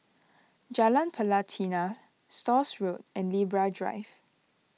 Jalan Pelatina Stores Road and Libra Drive